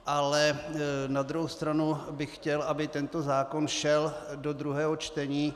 Ale na druhou stranu bych chtěl, aby tento zákon šel do druhého čtení.